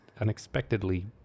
Unexpectedly